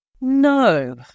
No